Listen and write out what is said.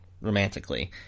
romantically